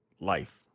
life